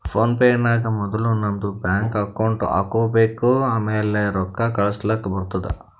phone pay ನಾಗ್ ಮೊದುಲ್ ನಮ್ದು ಬ್ಯಾಂಕ್ ಅಕೌಂಟ್ ಹಾಕೊಬೇಕ್ ಆಮ್ಯಾಲ ರೊಕ್ಕಾ ಕಳುಸ್ಲಾಕ್ ಬರ್ತುದ್